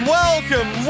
welcome